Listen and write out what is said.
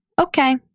okay